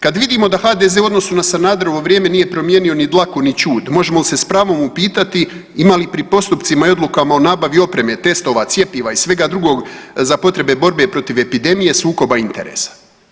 Kad vidimo da HDZ u odnosu na Sanaderovo vrijeme nije promijenio ni dlaku ni ćud, možemo li se s pravom upitati ima li pri postupcima i odlukama o nabavi opreme, testova, cjepiva i svega drugog za potrebe borbe protiv epidemije, sukoba interesa?